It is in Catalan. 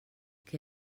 que